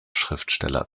schriftsteller